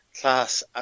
class